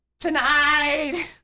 Tonight